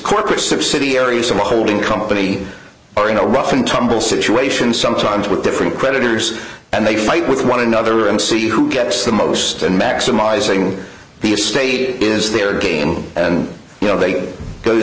corporate subsidiaries of a holding company are in a rough and tumble situation sometimes with different creditors and they fight with one another and see who gets the most and maximizing the estate is their game and you know they go